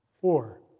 Four